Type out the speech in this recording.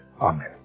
Amen